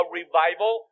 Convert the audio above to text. revival